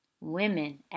Women